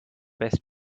best